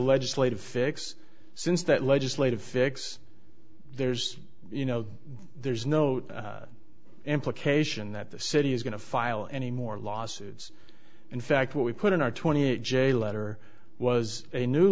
legislative fix since that legislative fix there's you know there's no implication that the city is going to file any more lawsuits in fact what we put in our twenty eight j letter was a new